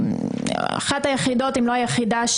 אם לא היחידה,